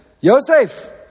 Yosef